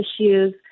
issues